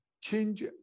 change